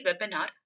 webinar